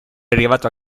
arrivato